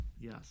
yes